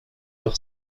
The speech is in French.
leur